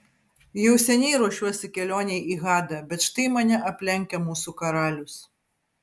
jau seniai ruošiuosi kelionei į hadą bet štai mane aplenkia mūsų karalius